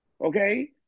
Okay